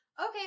Okay